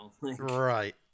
right